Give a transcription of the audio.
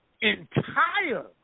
entire